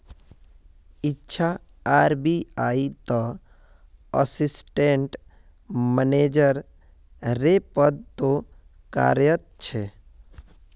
इच्छा आर.बी.आई त assistant manager रे पद तो कार्यरत छे